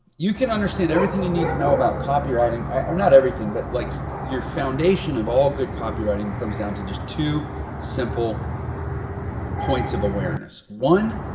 you can understand everything you need to know about copywriting or not everything but like your foundation of all good copywriting comes down to just two simple points of awareness. one,